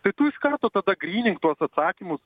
tai tu iš karto tada grynink tuos atsakymus